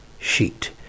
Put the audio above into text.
sheet